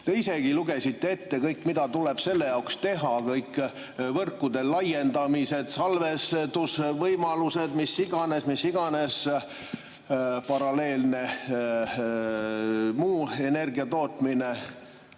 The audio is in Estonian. te isegi lugesite ette kõik, mida tuleb selle jaoks teha, kõik võrkude laiendamised, salvestusvõimalused, mis iganes, mis iganes paralleelne muu energiatootmine.